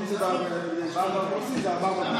ואם זה בלשכת האוכלוסין זה 400 ומשהו.